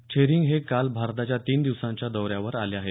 छेरिंग हे काल भारताच्या तीन दिवसाच्या दौऱ्यावर आले आहेत